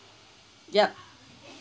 yup